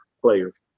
players